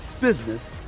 business